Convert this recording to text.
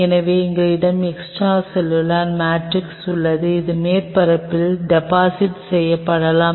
எனவே எங்களிடம் extra cellular matrix உள்ளது இது மேற்பரப்பில் டெபாசிட் செய்யப்படலாம்